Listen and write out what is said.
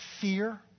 fear